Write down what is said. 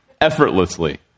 effortlessly